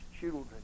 children